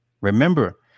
Remember